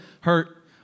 hurt